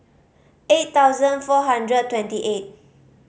eight thousand four hundred twenty eight